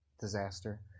disaster